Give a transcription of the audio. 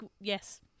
Yes